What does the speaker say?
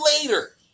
later